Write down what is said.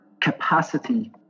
capacity